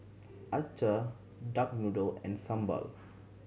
acar duck noodle and sambal